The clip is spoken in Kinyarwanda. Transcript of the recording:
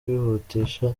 kwihutisha